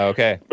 Okay